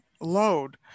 load